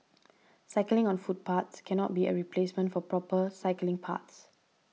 cycling on footpaths cannot be a replacement for proper cycling paths